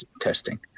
testing